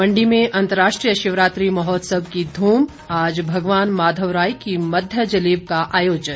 मंडी में अंतर्राष्ट्रीय शिवरात्रि महोत्सव की धूम आज भगवान माधवराय की मध्य जलेब का आयोजन